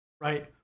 right